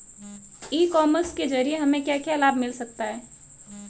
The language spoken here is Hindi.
ई कॉमर्स के ज़रिए हमें क्या क्या लाभ मिल सकता है?